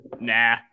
nah